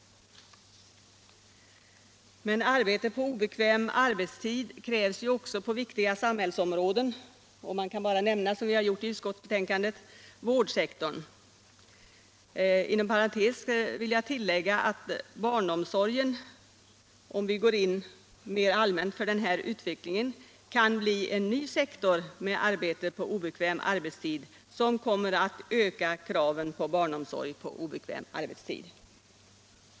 Men arbete på obekväm arbetstid krävs ju också på viktiga samhällsområden. Man kan bara, som vi gjort i utredningsbetänkandet, nämna vårdsektorn. Inom parentes kan tilläggas att barnomsorgen med den här utvecklingen kan bli en ny sektor med arbete på obekväm arbetstid som kommer att öka kraven på barnomsorg på obekväm arbetstid.